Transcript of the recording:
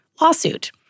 lawsuit